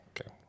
Okay